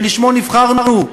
שלשמו נבחרנו,